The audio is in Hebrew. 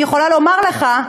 אני יכולה לומר לך,